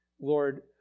Lord